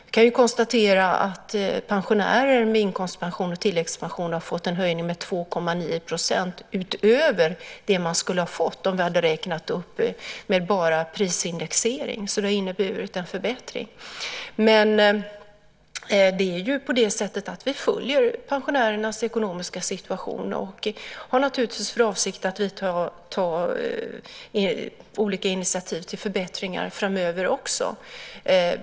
Jag kan konstatera att pensionärer med inkomstpension och tilläggspension har fått en höjning med 2,9 % utöver det som de skulle ha fått om vi hade gjort en uppräkning med bara prisindexering. Det har alltså inneburit en förbättring. Men vi följer pensionärernas ekonomiska situation och har naturligtvis för avsikt att ta olika initiativ till förbättringar också framöver.